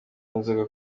n’inzoga